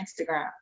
Instagram